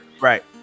Right